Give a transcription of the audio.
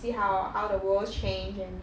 see how ah how the world change and